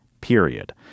period